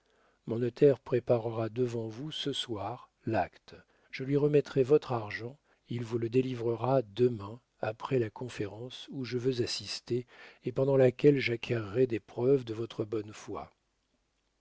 mon notaire préparera devant vous ce soir l'acte je lui remettrai votre argent il vous le délivrera demain après la conférence où je veux assister et pendant laquelle j'acquerrai des preuves de votre bonne foi